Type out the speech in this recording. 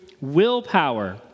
willpower